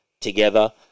together